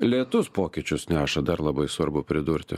lėtus pokyčius neša dar labai svarbu pridurti